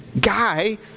guy